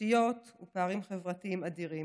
תשתיות ופערים חברתיים אדירים.